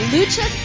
Lucha